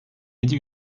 yedi